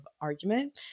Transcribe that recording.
argument